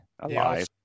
alive